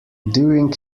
during